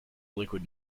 liquid